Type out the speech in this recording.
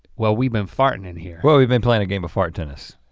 well we been fartin' in here. well we've been playing a game of fart tennis.